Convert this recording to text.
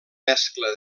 mescla